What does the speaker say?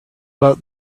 about